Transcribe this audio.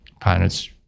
planets